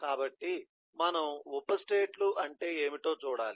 కాబట్టి మనం ఉప స్టేట్ లు అంటే ఏమిటో చూడాలి